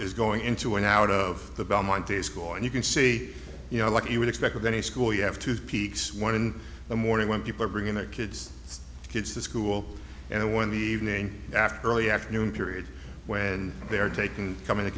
is going into and out of the belmont day school and you can see you know like you would expect at any school you have two peaks one in the morning when people are bringing their kids kids to school and when the evening after early afternoon period when they are taken come in to